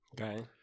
Okay